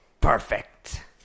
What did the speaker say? Perfect